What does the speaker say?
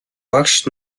багш